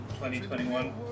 2021